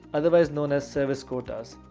otherwise known as service quotas,